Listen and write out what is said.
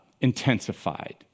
intensified